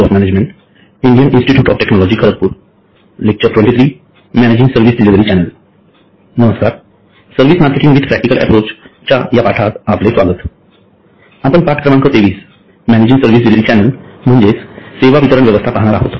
23 managing service delivery channel म्हणजे सेवा वितरण व्यवस्था पाहणार आहोत